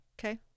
Okay